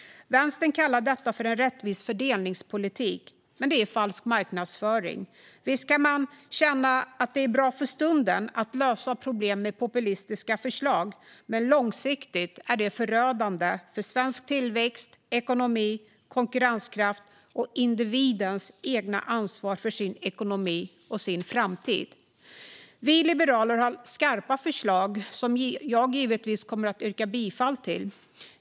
Vänstern kallar detta för en rättvis fördelningspolitik, men det är falsk marknadsföring. Visst kan man känna att det är bra för stunden att lösa problem med populistiska förslag, men långsiktigt är det förödande för svensk tillväxt, ekonomi och konkurrenskraft och för individens eget ansvar för sin ekonomi och sin framtid. Vi liberaler har skarpa förslag, som jag givetvis kommer att yrka bifall till.